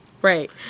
Right